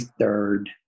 third